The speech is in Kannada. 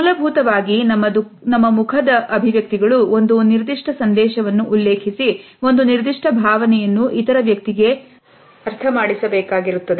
ಮೂಲಭೂತವಾಗಿ ನಮ್ಮ ಮುಖದ ಅಭಿವ್ಯಕ್ತಿಗಳು ಒಂದು ನಿರ್ದಿಷ್ಟ ಸಂದೇಶವನ್ನು ಉಲ್ಲೇಖಿಸಿ ಒಂದು ನಿರ್ದಿಷ್ಟ ಭಾವನೆಯನ್ನು ಇತರ ವ್ಯಕ್ತಿಗೆ ಅರ್ಥ ಮಾಡಿಸಬೇಕಾಗಿ ಇರುತ್ತದೆ